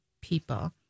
people